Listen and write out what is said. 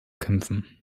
kämpfen